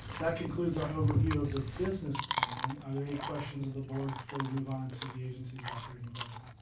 that concludes our overview of the business plan. are there any questions of the board before we move on to the agency's operating budget?